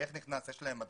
איך נכנס, יש להם מדריך.